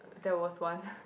there was one